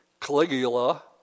Caligula